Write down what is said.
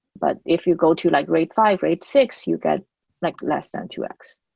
but if you go to like raid five, raid six, you get like less than two x.